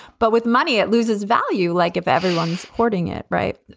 but with money, it loses value, like if everyone's hoarding it. right.